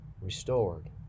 restored